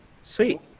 Sweet